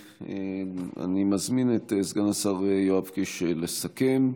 אני מזמין את סגן השר יואב קיש לסכם,